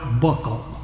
Buckle